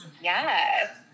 Yes